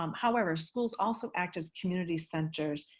um however, schools also act as community centers.